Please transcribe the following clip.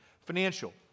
financial